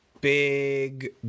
big